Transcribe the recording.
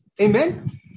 Amen